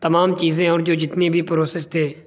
تمام چیزیں اور جو جتنے بھی پروسیس تھے